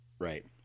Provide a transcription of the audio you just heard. right